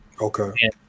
Okay